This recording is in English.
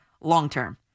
long-term